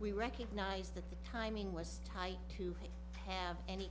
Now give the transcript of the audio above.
we recognize that the timing was tight to have any